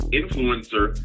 influencer